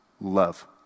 love